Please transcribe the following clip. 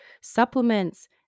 supplements